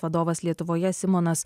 vadovas lietuvoje simonas